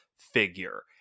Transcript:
figure